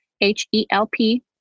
h-e-l-p